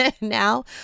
now